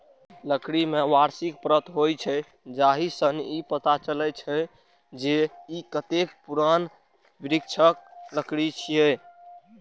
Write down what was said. लकड़ी मे वार्षिक परत होइ छै, जाहि सं ई पता चलै छै, जे ई कतेक पुरान वृक्षक लकड़ी छियै